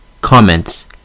COMMENTS